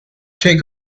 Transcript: take